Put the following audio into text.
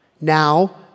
Now